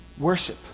Worship